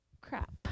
crap